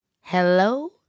hello